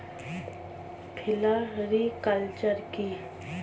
Floriculture কি?